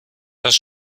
das